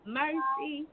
mercy